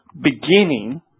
beginning